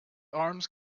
arms